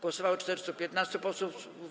Głosowało 415 posłów.